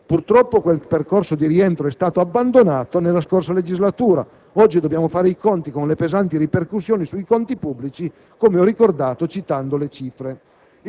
Purtroppo, quel percorso di rientro è stato abbandonato nella scorsa legislatura. Oggi dobbiamo fare i conti con le pesanti ripercussioni sui conti pubblici, come ho ricordato citando le cifre.